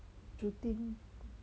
shooting